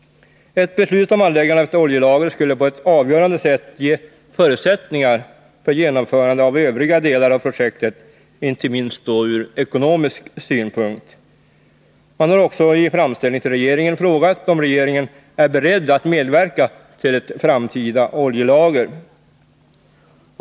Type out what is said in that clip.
Ett beslut om anläggande av ett oljelager skulle på ett avgörande sätt ge förutsättningar för genomförande av övriga delar av projektet, inte minst då från ekonomisk synpunkt. Man har också i framställningen till regeringen frågat om regeringen är beredd att medverka till ett framtida oljelager.